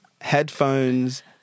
Headphones